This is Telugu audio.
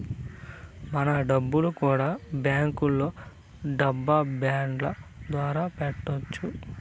మన డబ్బులు కూడా బ్యాంకులో డబ్బు బాండ్ల ద్వారా పెట్టొచ్చు